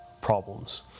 problems